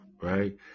right